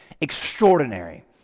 Extraordinary